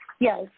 Yes